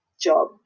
job